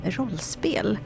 rollspel